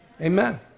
Amen